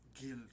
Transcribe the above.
guilt